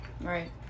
Right